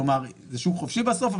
כלומר זה שוק חופשי בסוף,